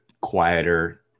quieter